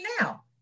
now